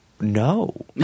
No